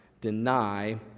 deny